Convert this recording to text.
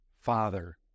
Father